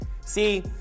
See